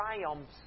triumphs